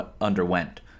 underwent